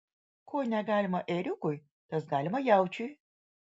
ko negalima ėriukui tas galima jaučiui